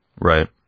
Right